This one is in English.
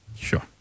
Sure